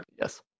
Yes